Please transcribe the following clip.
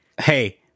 hey